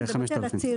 אני מדברת על הצעירים.